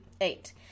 eight